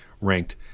ranked